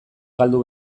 galdu